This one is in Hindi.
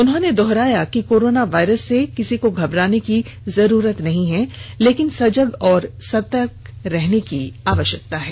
उन्होंने दोहराया कि कोरोना वायरस से किसी को घबराने की जरूरत नहीं है बल्कि सजग और सचेत रहने की आवष्यकता है